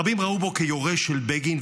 רבים ראו בו יורש של בגין,